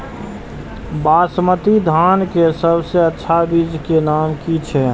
बासमती धान के सबसे अच्छा बीज के नाम की छे?